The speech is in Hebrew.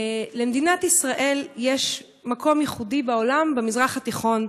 למדינת ישראל יש מקום ייחודי בעולם, במזרח התיכון.